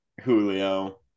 Julio